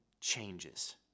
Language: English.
changes